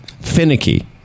finicky